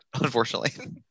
Unfortunately